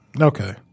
Okay